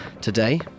Today